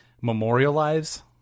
memorialize